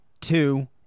two